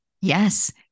yes